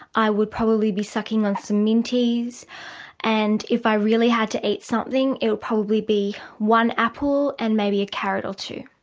i would probably be sucking on some minties and if i really had to eat something it would probably be one apple and maybe a carrot or two.